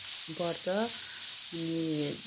पर्छ अनि